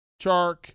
Chark